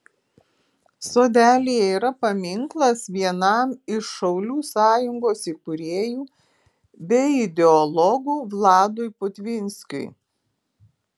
sodelyje yra paminklas vienam iš šaulių sąjungos įkūrėjų bei ideologų vladui putvinskiui